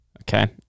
Okay